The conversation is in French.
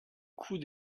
coût